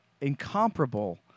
incomparable